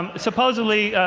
um supposedly,